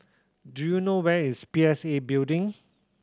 do you know where is P S A Building